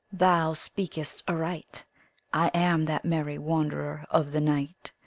thou speakest aright i am that merry wanderer of the night.